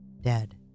dead